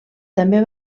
també